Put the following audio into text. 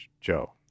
Joe